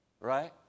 right